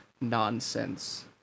Nonsense